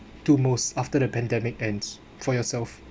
to most after the pandemic ends for yourself